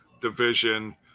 division